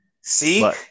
See